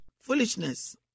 foolishness